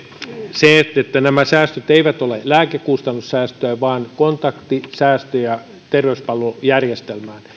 nämä säästöt eivät ole lääkekustannussäästöjä vaan kontaktisäästöjä terveyspalvelujärjestelmään